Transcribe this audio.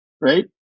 right